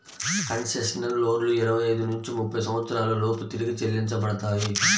concessional లోన్లు ఇరవై ఐదు నుంచి ముప్పై సంవత్సరాల లోపు తిరిగి చెల్లించబడతాయి